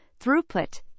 throughput